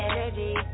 Energy